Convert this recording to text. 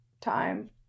time